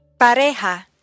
Pareja